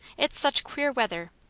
it's such queer weather.